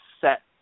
set